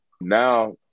Now